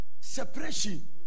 Separation